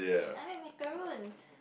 I mean Macaroons